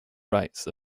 rights